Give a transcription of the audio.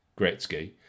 Gretzky